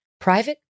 Private